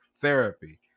therapy